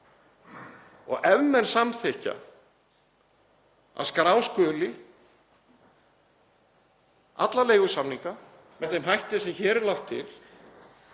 Og ef menn samþykkja að skrá skuli alla leigusamninga með þeim hætti sem hér er lagt til